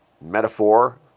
metaphor